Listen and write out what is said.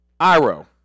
iro